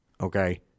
okay